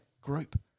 group